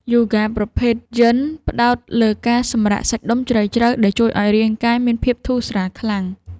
យូហ្គាប្រភេទយិន ផ្ដោតលើការសម្រាកសាច់ដុំជ្រៅៗដែលជួយឱ្យរាងកាយមានភាពធូរស្រាលខ្លាំង។